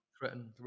Threaten